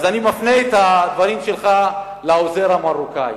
אז אני מפנה את הדברים שלך לעוזר המרוקאי.